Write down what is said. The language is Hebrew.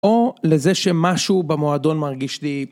או לזה שמשהו במועדון מרגיש לי.